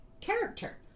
character